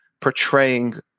portraying